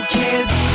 kids